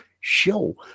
show